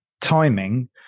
timing